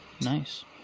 Nice